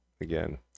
again